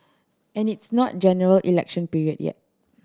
and it's not General Election period yet